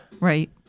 Right